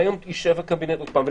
והיום פגישה וקבינט עוד פעם,